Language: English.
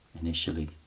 initially